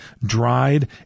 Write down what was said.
dried